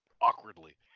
awkwardly